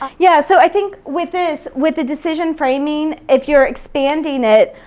yeah, so i think with this, with the decision framing, if you're expanding it,